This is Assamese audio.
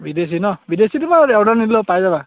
বিদেশী নহ্ বিদেশীটো বাৰু অৰ্ডাৰ নিদিলেও হ'ব পাই যাবা